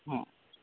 ہاں